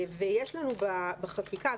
ויש לנו בחקיקה,